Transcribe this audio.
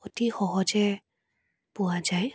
অতি সহজে পোৱা যায়